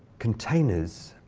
containers